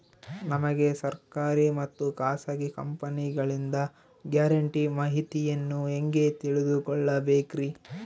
ನಮಗೆ ಸರ್ಕಾರಿ ಮತ್ತು ಖಾಸಗಿ ಕಂಪನಿಗಳಿಂದ ಗ್ಯಾರಂಟಿ ಮಾಹಿತಿಯನ್ನು ಹೆಂಗೆ ತಿಳಿದುಕೊಳ್ಳಬೇಕ್ರಿ?